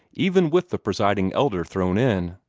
even with the presiding elder thrown in.